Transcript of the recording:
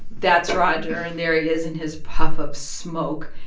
that's roger. and there he is in his puff of smoke.